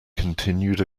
continued